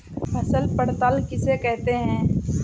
फसल पड़ताल किसे कहते हैं?